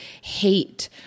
hate